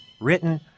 written